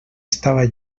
estava